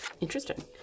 Interesting